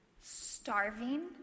starving